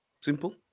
simple